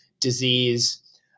disease